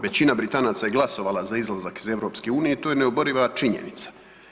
Većina Britanaca je glasovala za izlazak iz EU i to je neoboriva činjenica.